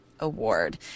award